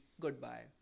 Goodbye